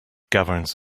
governs